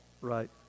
Right